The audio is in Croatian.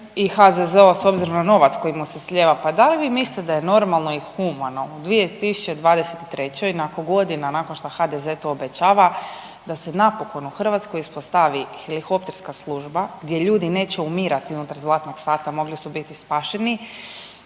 HZZO s obzirom na novac koji mu se slijeva, pa da li vi mislite da je normalno i humano u 2023. nakon godina, nakon šta HDZ to obećava da se napokon u Hrvatskoj uspostavi helikopterska služba gdje ljudi neće umirati unutar zlatnog sata, mogli su biti spašeni